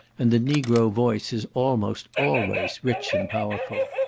and the negro voice is almost always rich and powerful.